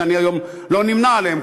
שאני היום לא נמנה עליהם,